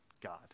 God